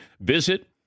Visit